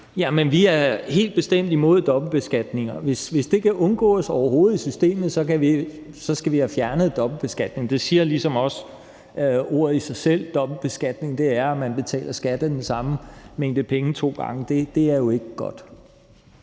vi er helt bestemt imod dobbeltbeskatning, og hvis det overhovedet kan undgås i systemet, skal vi have fjernet dobbeltbeskatning. Ordet siger det ligesom også i sig selv. Dobbeltbeskatning er, at man betaler skat af den samme mængde penge to gange. Det er jo ikke godt.